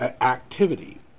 activity